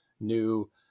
new